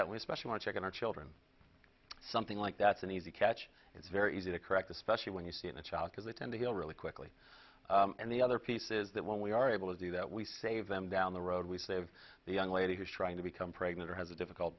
that we especially are checking our children something like that's an easy catch it's very easy to correct especially when you see the child because they tend to heal really quickly and the other piece is that when we are able to do that we save them down the road we save the young lady who's trying to become pregnant or has a difficult